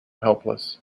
helpless